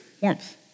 warmth